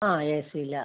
ആ എസിയിലാണ്